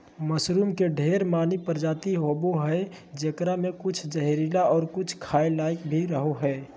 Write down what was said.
mushroom के ढेर मनी प्रजाति होवो हय जेकरा मे कुछ जहरीला और कुछ खाय लायक भी रहो हय